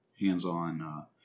hands-on